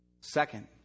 Second